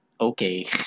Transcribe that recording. okay